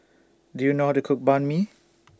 Do YOU know How to Cook Banh MI